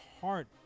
heart